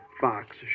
Fox